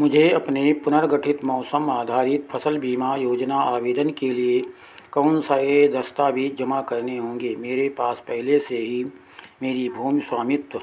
मुझे अपने पुनर्गठित मौसम आधारित फसल बीमा योजना आवेदन के लिए कौन सा यह दस्तावेज़ जमा करने होंगे मेरे पास पहले से ही मेरा भूमि स्वामित्व